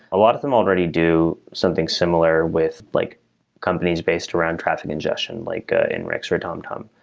a lot of them already do something similar with like companies based around traffic congestion, like ah in rick's or tomtom,